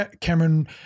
Cameron